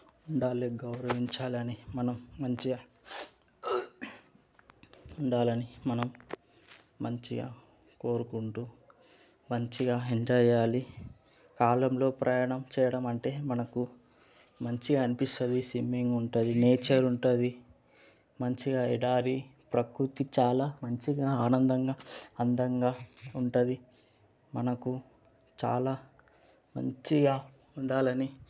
ఉండాలి గౌరవించాలని మనం మంచిగా ఉండాలి అని మనం మంచిగా కోరుకుంటు మంచిగా ఎంజాయ్ చేయాలి కాలంలో ప్రయాణం చేయడం అంటే మనకు మంచి అనిపిస్తుంది స్విమ్మింగ్ ఉంటుంది నేచర్ ఉంటుంది మంచిగా ఎడారి ప్రకృతి చాలా మంచిగా ఆనందంగా అందంగా ఉంటుంది మనకు చాలా మంచిగా ఉండాలి అని